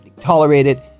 tolerated